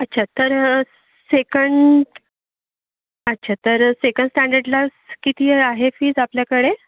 अच्छा तर सेकंड अच्छा तर सेकंड स्टँडर्डला किती आहे फीस आपल्याकडे